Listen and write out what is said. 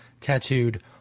tattooed